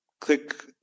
Click